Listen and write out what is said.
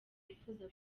bifuza